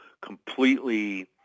completely